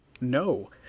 No